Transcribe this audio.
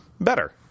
better